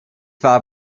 war